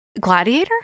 Gladiator